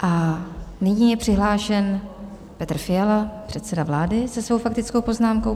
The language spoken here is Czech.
A nyní je přihlášen Petr Fiala, předseda vlády, se svou faktickou poznámkou.